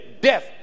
death